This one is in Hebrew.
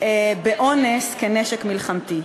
באונס כנשק מלחמתי.